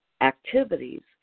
Activities